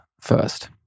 first